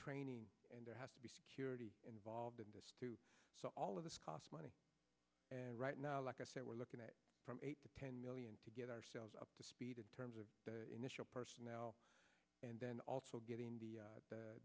training and there has to be security involved in this so all of this cost money and right now like i said we're looking at eight to ten million to get ourselves up to speed in terms of initial personnel and then also getting the